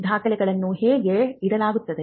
ದಾಖಲೆಗಳನ್ನು ಹೇಗೆ ಇಡಲಾಗುತ್ತದೆ